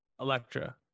Electra